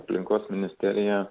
aplinkos ministerija